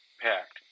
packed